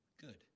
good